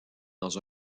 dans